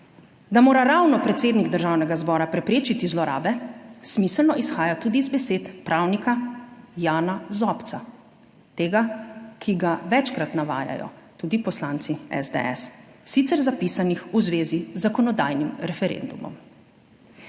Da mora ravno predsednik Državnega zbora preprečiti zlorabe, smiselno izhaja tudi iz besed pravnika Jana Zobca, tega, ki ga večkrat navajajo tudi poslanci SDS, sicer zapisanih v zvezi z zakonodajnim referendumom.